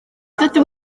dydw